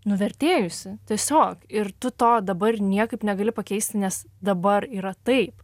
nuvertėjusi tiesiog ir tu to dabar niekaip negali pakeisti nes dabar yra taip